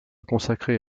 consacré